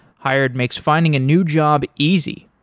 hired makes finding a new job easy.